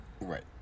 Right